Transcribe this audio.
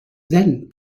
then